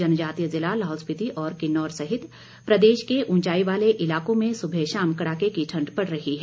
जनजातीय जिला लाहुल स्पिति और किन्नौर सहित प्रदेश के ऊंचाई वाले इलाकों में सुबह शाम कड़ाके की ठंड पड़ रही है